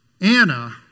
Anna